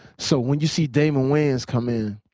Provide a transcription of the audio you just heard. so when you see damon wayans come in,